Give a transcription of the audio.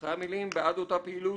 אחרי המילים "בעד אותה פעילות,